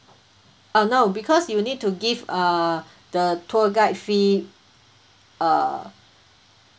uh no because you need to give uh the tour guide fee uh